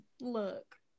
look